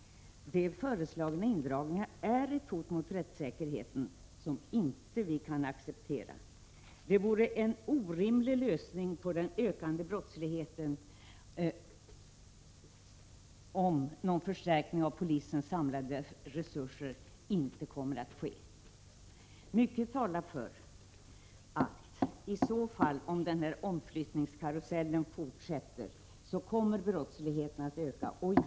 De föreslagna indragningarna är ett hot mot rättssäkerheten som vi inte kan acceptera. Enda lösningen på problemet med den ökande brottsligheten är att polisens samlade resurser förstärks. Mycket talar för att brottsligheten kommer att öka om denna omflyttningskarusell fortsätter.